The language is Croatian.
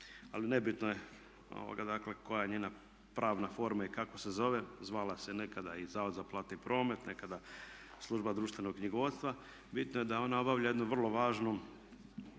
Ali nebitno je, dakle koja je njega pravna forma i kako se zove. Zvala se nekada i zavod za platni promet, nekada služba društvenog knjigovodstva. Bitno je da ona obavlja jednu vrlo važnu